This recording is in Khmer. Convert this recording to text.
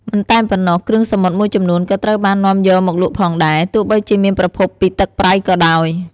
មិនតែប៉ុណ្ណោះ គ្រឿងសមុទ្រមួយចំនួនក៏ត្រូវបាននាំយកមកលក់ផងដែរ ទោះបីជាមានប្រភពពីទឹកប្រៃក៏ដោយ។